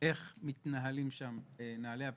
ואיך מתנהלים שם נהלי הבטיחות.